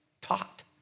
taught